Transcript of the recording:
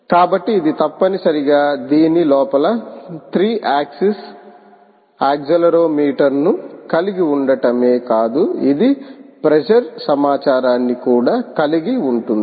కాబట్టి ఇది తప్పనిసరిగా దీని లోపల 3 ఆక్సిస్ యాక్సిలెరోమీటర్ ను కలిగి ఉండటమే కాదు ఇది ప్రెషర్ సమాచారాన్ని కూడా కలిగి ఉంటుంది